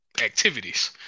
activities